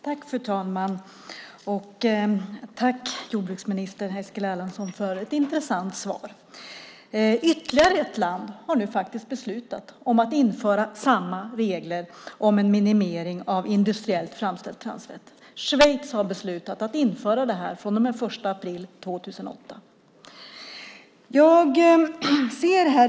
Fru talman! Jag tackar jordbruksminister Eskil Erlandsson för ett intressant svar. Ytterligare ett land har nu beslutat om att införa samma regler om en minimering av industriellt framställt transfett: Schweiz har beslutat att införa detta från och med den 1 april 2008.